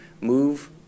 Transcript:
move